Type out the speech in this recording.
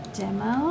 demo